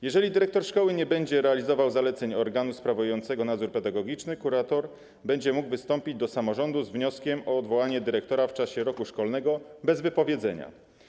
Jeżeli dyrektor szkoły nie będzie realizował zaleceń organu sprawującego nadzór pedagogiczny, kurator będzie mógł wystąpić do samorządu z wnioskiem o odwołanie dyrektora w czasie roku szkolnego bez wypowiedzenia.